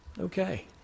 Okay